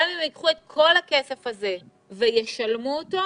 גם אם ייקחו את כל הכסף הזה וישלמו אותו,